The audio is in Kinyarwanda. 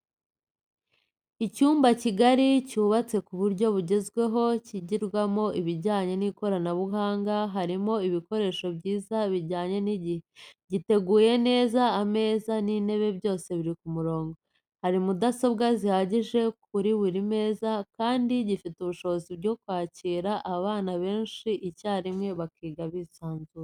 Icyumba kigari cyubatse ku buryo bugezweho kigirwamo ibijyanye n'ikoranabuhanga harimo ibikoresho byiza bijyanye n'igihe, giteguye neza ameza n'intebe byose biri ku murongo, hari mudasobwa zihagije kuri buri meza kandi gifite ubushobozi bwo kwakira abana benshi icyarimwe bakiga bisanzuye.